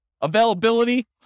Availability